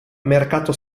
mercato